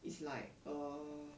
it's like err